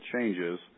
changes